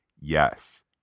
yes